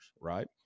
right